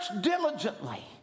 diligently